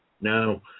no